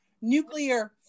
nuclear